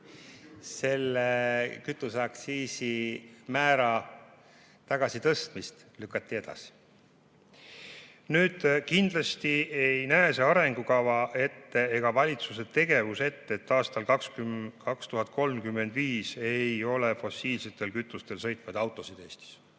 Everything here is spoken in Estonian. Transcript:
Selle kütuseaktsiisi määra tagasitõstmist lükati edasi. Nüüd, kindlasti ei näe see arengukava ette ega valitsuse tegevus ette, et aastal 2035 ei ole fossiilsetel kütustel sõitvaid autosid Eestis,